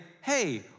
hey